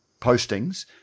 postings